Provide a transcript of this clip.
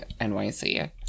NYC